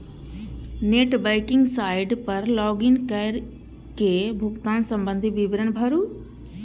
net banking site पर log in कैर के भुगतान संबंधी विवरण भरू